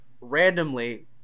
randomly